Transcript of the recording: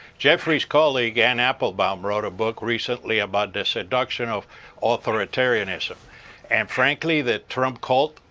jeffrey's colleague anne applebaum wrote a book recently about the seduction of authoritarianism and frankly the trump cult